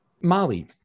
Molly